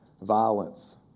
violence